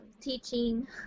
teaching